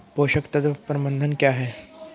पोषक तत्व प्रबंधन क्या है?